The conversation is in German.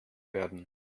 werden